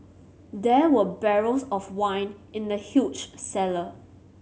there were barrels of wine in the huge cellar